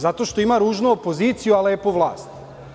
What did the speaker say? Zato što ima ružnu opoziciju a lepu vlast.